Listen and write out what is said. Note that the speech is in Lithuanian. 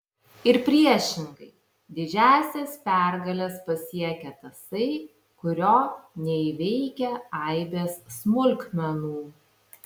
ir priešingai didžiąsias pergales pasiekia tasai kurio neįveikia aibės smulkmenų